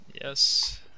Yes